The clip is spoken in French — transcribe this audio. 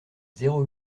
zéro